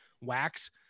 wax